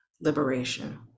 liberation